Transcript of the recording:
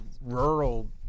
rural